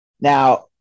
Now